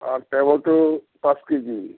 আর tomato পাঁচ KG